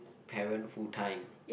parent full time